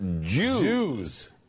Jews